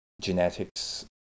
genetics